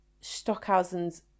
Stockhausen's